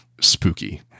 spooky